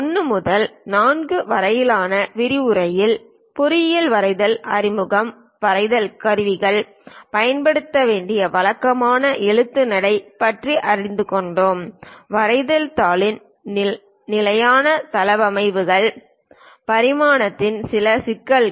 1 முதல் 4 வரையிலான விரிவுரையில் பொறியியல் வரைதல் அறிமுகம் வரைதல் கருவிகள் பயன்படுத்த வேண்டிய வழக்கமான எழுத்து நடை பற்றி அறிந்து கொண்டோம் வரைதல் தாளின் நிலையான தளவமைப்புகள் பரிமாணத்தில் சில சிக்கல்கள்